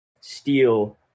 steal